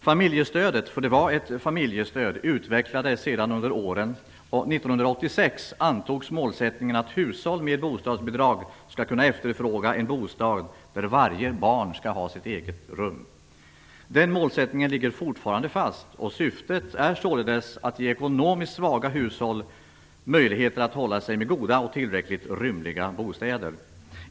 Familjestödet, för det var ett familjestöd, utvecklades sedan under åren, och 1986 antogs målsättningen att hushåll med bostadsbidrag skall kunna efterfråga en bostad där varje barn har ett eget rum. Den målsättningen ligger fortfarande fast, och syftet är således att ge ekonomiskt svaga hushåll möjligheter att hålla sig med goda och tillräckligt rymliga bostäder.